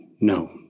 no